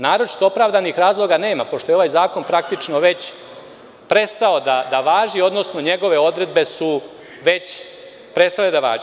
Naročito opravdanih razloga nema, pošto je ovaj zakon praktično već prestao da važi, odnosno njegove odredbe su već prestale da važe.